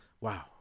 Wow